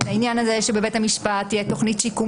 את העניין הזה שבבית המשפט תהיה תוכנית שיקום